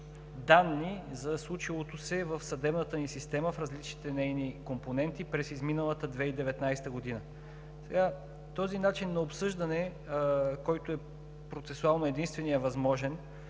данни за случилото се в съдебната ни система в различните нейни компоненти през изминалата 2019 г. Този начин на обсъждане, който е процесуално единственият възможен,